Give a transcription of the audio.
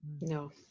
no